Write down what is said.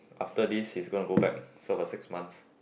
after this he's gonna go back serve for six months